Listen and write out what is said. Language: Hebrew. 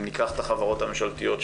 אם ניקח את החברות הממשלתיות,